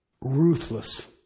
Ruthless